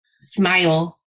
smile